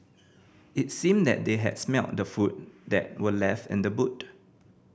it seemed that they had smelt the food that were left in the boot